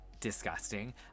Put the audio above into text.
disgusting